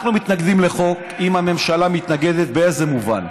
אנחנו מתנגדים לחוק אם הממשלה מתנגדת, באיזה מובן?